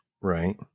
Right